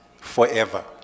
forever